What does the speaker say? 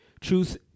truth